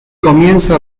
comienza